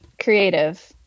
creative